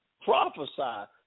prophesied